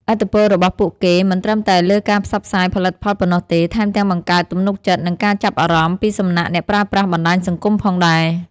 ឥទ្ធិពលរបស់ពួកគេមិនត្រឹមតែលើការផ្សព្វផ្សាយផលិតផលប៉ុណ្ណោះទេ ថែមទាំងបង្កើតទំនុកចិត្ត និងការចាប់អារម្មណ៍ពីសំណាក់អ្នកប្រើប្រាស់បណ្ដាញសង្គមផងដែរ។